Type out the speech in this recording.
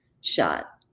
shot